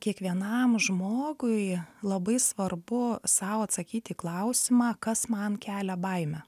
kiekvienam žmogui labai svarbu sau atsakyt į klausimą kas man kelia baimę